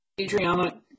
Adriana